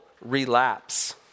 relapse